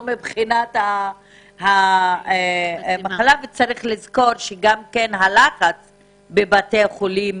יש לזכור שהלחץ בבתי החולים